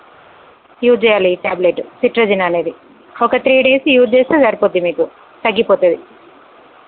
use చెయ్యాలి ఈ tablet cetirizine అనేది ఒక త్రీ డేస్ యూస్ చేస్తే సరిపోతుంది మీకు తగ్గిపోతుంది